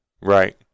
right